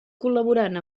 col·laborant